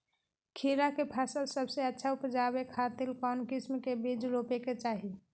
खीरा के फसल सबसे अच्छा उबजावे खातिर कौन किस्म के बीज रोपे के चाही?